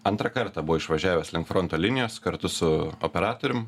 antrą kartą buvo išvažiavęs link fronto linijos kartu su operatorium